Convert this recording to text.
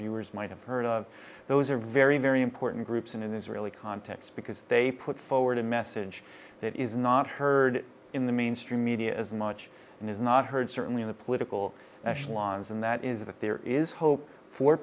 viewers might have heard of those are very very important groups in an israeli context because they put forward a message that is not heard in the mainstream media as much and is not heard certainly in the political echelons and that is that there is hope for